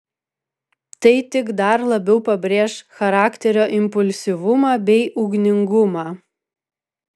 tai tik dar labiau pabrėš charakterio impulsyvumą bei ugningumą